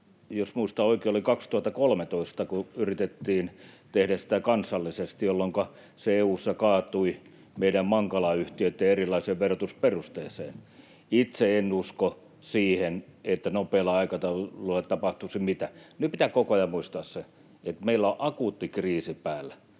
Jos muistan oikein, oli 2013, kun yritettiin tehdä sitä kansallisesti, jolloinka se EU:ssa kaatui meidän Mankala-yhtiöitten erilaiseen verotusperusteeseen. Itse en usko siihen, että nopealla aikataululla tapahtuisi mitään. Nyt pitää koko ajan muistaa se, että meillä on akuutti kriisi päällä.